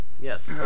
yes